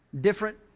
Different